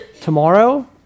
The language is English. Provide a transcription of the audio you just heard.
tomorrow